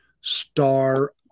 star